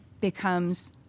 becomes